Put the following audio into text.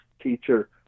teacher